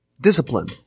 discipline